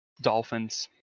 Dolphins